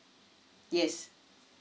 yes